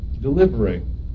delivering